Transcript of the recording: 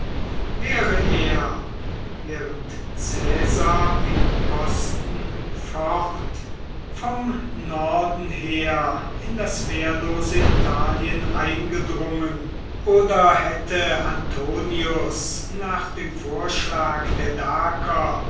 wäre er während caesar im osten focht vom norden her in das wehrlose italien eingedrungen oder hätte antonius nach dem vorschlag der daker